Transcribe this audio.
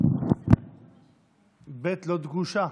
לא דגושה,